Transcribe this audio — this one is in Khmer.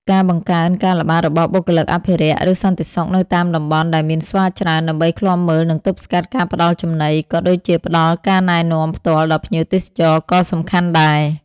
ការបង្កើនការល្បាតរបស់បុគ្គលិកអភិរក្ស ឬសន្តិសុខនៅតាមតំបន់ដែលមានស្វាច្រើន ដើម្បីឃ្លាំមើល និងទប់ស្កាត់ការផ្តល់ចំណី ក៏ដូចជាផ្តល់ការណែនាំផ្ទាល់ដល់ភ្ញៀវទេសចរក៏សំខាន់ដែរ។